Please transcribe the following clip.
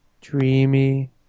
dreamy